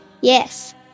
Yes